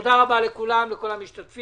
תודה רבה לכל המשתתפים.